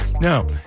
No